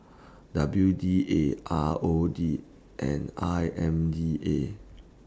W D A R O D and I M D A